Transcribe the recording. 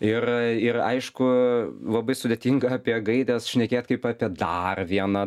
ir ir aišku labai sudėtinga apie gaires šnekėt kaip apie dar vieną